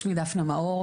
שמי דפנה מאור,